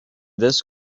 this